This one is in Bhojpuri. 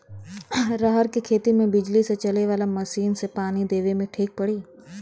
रहर के खेती मे बिजली से चले वाला मसीन से पानी देवे मे ठीक पड़ी?